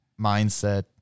mindset